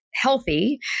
healthy